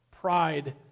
Pride